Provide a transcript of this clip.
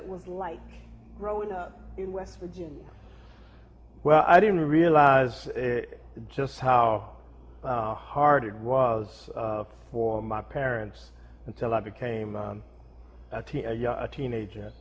it was like growing up in west virginia well i didn't realize just how hard it was for my parents until i became a teen a teenager